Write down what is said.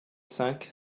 cinq